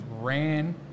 ran